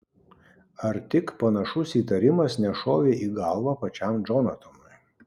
ar tik panašus įtarimas nešovė į galvą pačiam džonatanui